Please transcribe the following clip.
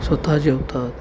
स्वतः जेवतात